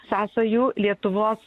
sąsajų lietuvos